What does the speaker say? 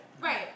Right